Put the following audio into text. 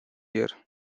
year